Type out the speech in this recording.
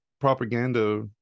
propaganda